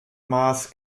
maß